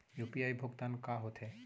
UPI भुगतान का होथे?